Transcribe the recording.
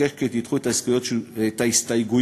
אבקש כי תדחו גם את ההסתייגויות,